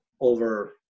over